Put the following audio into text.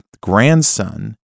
grandson